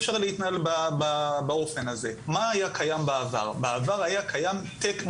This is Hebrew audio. א' בבינוי יודע שיש לך תקורה על הבינוי